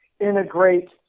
integrate